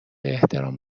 احترام